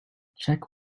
check